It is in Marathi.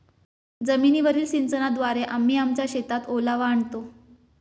जमीनीवरील सिंचनाद्वारे आम्ही आमच्या शेतात ओलावा आणतो